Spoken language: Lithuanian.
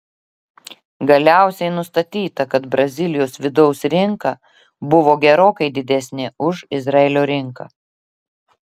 galiausiai nustatyta kad brazilijos vidaus rinka buvo gerokai didesnė už izraelio rinką